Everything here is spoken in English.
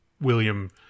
William